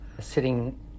sitting